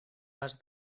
pas